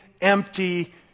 empty